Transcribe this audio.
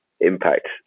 impact